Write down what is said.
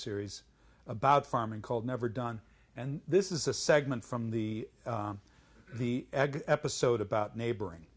series about farming called never done and this is a segment from the the egg episode about neighboring